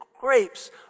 grapes